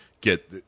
get